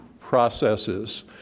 processes